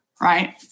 right